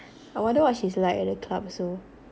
I wonder what she's like at the club also